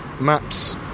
maps